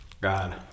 God